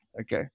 Okay